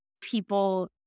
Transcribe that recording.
people